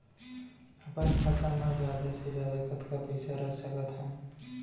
अपन खाता मा जादा से जादा कतका पइसा रख सकत हव?